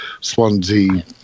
Swansea